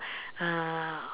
uh